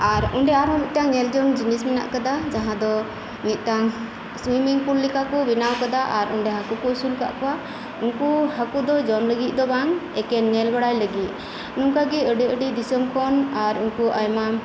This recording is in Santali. ᱟᱨ ᱚᱸᱰᱮ ᱟᱨᱦᱚᱸ ᱢᱤᱫᱴᱟᱝ ᱧᱮᱞ ᱡᱚᱝ ᱡᱤᱱᱤᱥ ᱮᱢᱟᱱᱜ ᱟᱠᱟᱫᱟ ᱡᱟᱦᱟᱸ ᱫᱚ ᱢᱤᱫᱴᱟᱝ ᱥᱩᱭᱢᱤᱝ ᱯᱩᱞ ᱞᱮᱠᱟᱠᱩ ᱵᱮᱱᱟᱣ ᱟᱠᱟᱫᱟ ᱟᱨ ᱚᱸᱰᱮ ᱦᱟᱠᱩ ᱠᱩ ᱟᱹᱥᱩᱞ ᱟᱠᱟᱫ ᱠᱚᱣᱟ ᱟᱨ ᱩᱱᱠᱩ ᱦᱟᱹᱠᱩ ᱠᱚᱫᱚ ᱡᱚᱢ ᱞᱟᱹᱜᱤᱫ ᱫᱚ ᱵᱟᱝ ᱮᱠᱮᱱ ᱧᱮᱞ ᱵᱟᱲᱟᱭ ᱞᱟᱹᱜᱤᱫ ᱱᱚᱝᱠᱟᱜᱤ ᱟᱹᱰᱤ ᱟᱹᱰᱤ ᱫᱤᱥᱟᱹᱢ ᱠᱷᱚᱱ ᱟᱨ ᱩᱱᱠᱩ ᱟᱭᱢᱟ